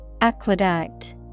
Aqueduct